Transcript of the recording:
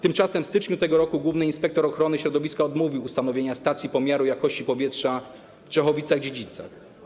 Tymczasem w styczniu tego roku główny inspektor ochrony środowiska odmówił ustanowienia stacji pomiaru jakości powietrza w Czechowicach-Dziedzicach.